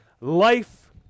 life